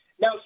Now